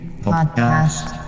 podcast